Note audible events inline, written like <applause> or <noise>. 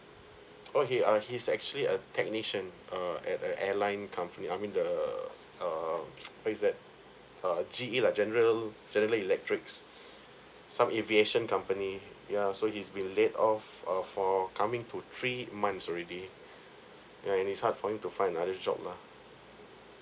oh he uh he's actually a technician (err at a airline company I mean the err <noise> what is that uh G_E lah general general electrics some aviation company yeah so he's been laid off uh for coming to three months already yeah and is hard for him to find other job lah